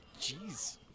Jeez